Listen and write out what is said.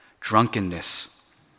drunkenness